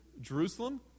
Jerusalem